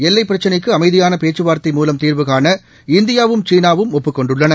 எல்லை பிரச்சினைக்கு அமைதியான பேச்சுவா்த்தை மூவம் தீர்வுகாண இந்தியாவும் சீனாவும் ஒப்புக் கொண்டுள்ளன